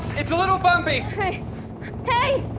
it's a little bumpy hey,